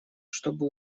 чтобы